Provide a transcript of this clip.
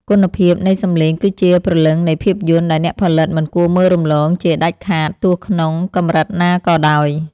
គុណភាពនៃសំឡេងគឺជាព្រលឹងនៃភាពយន្តដែលអ្នកផលិតមិនគួរមើលរំលងជាដាច់ខាតទោះក្នុងកម្រិតណាក៏ដោយ។